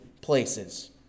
places